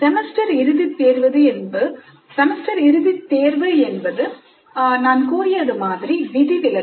semester இறுதித் தேர்வு என்பது நான் கூறியது மாதிரி விதிவிலக்கு